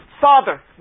Father